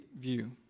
view